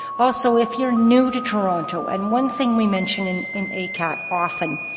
also, if you're new to toronto and one thing we mention in in acat often,